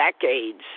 decades